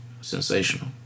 Sensational